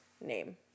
name